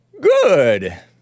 Good